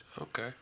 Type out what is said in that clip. Okay